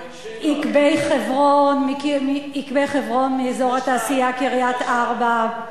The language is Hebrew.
"יקבי חברון" מאזור התעשייה קריית-ארבע.